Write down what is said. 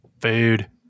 Food